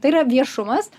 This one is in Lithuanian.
tai yra viešumas